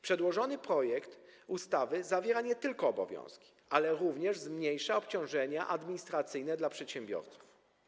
Przedłożony projekt ustawy przewiduje nie tylko obowiązki, ale również zmniejsza obciążenia administracyjne dla przedsiębiorców.